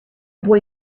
boy